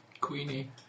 Queenie